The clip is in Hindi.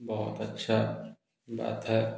बहुत अच्छा बात है